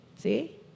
See